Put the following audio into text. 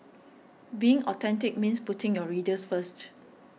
being authentic means putting your readers first